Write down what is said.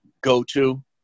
go-to